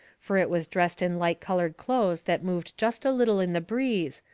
fur it was dressed in light-coloured clothes that moved jest a little in the breeze,